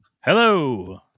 hello